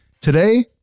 today